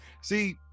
See